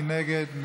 מי נגד?